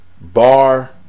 bar